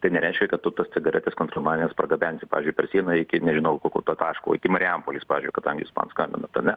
tai nereiškia kad tos cigaretės kontrabandines pargabensi pavyzdžiui per sieną iki nežinau kokio to taško iki marijampolės pavyzdžiui kadangi man skambinatane